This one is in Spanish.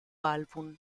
álbum